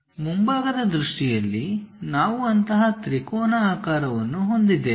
ಮುಂಭಾಗದ ದೃಷ್ಟಿಯಲ್ಲಿ ನಾವು ಅಂತಹ ತ್ರಿಕೋನ ಆಕಾರವನ್ನು ಹೊಂದಿದ್ದೇವೆ